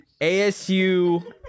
ASU